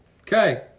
Okay